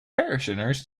parishioners